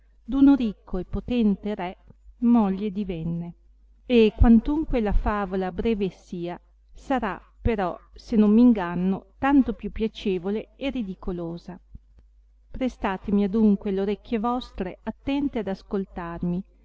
d'uno ricco e potente re moglie divenne e quantunque la favola breve sia sarà però se non m inganno tanto più piacevole e ridicolosa prestatemi adunque l orecchie vostre attente ad ascoltarmi